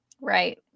Right